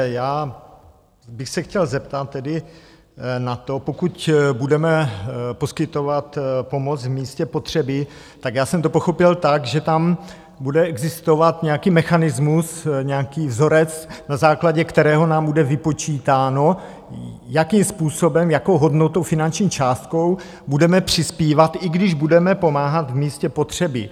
Já bych se chtěl zeptat tedy na to, pokud budeme poskytovat pomoc v místě potřeby, já jsem to pochopil tak, že tam bude existovat nějaký mechanismus, nějaký vzorec, na základě kterého nám bude vypočítáno, jakým způsobem, jakou hodnotou, finanční částkou budeme přispívat, i když budeme pomáhat v místě potřeby.